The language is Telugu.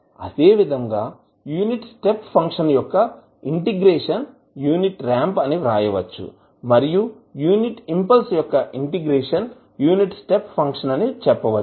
అదేవిధంగా యూనిట్ స్టెప్ ఫంక్షన్ యొక్క ఇంటిగ్రేషన్ యూనిట్ రాంప్ అని వ్రాయవచ్చు మరియు యూనిట్ ఇంపల్స్ యొక్క ఇంటిగ్రేషన్ యూనిట్ స్టెప్ ఫంక్షన్ అని చెప్పవచ్చు